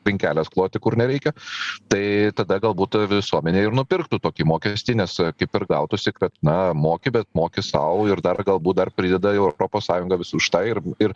trinkeles kloti kur nereikia tai tada galbūt visuomenė ir nupirktų tokį mokestį nes kaip ir gautųsi kad na moki bet moki sau ir dar galbūt dar prideda europos sąjunga vis už tą ir ir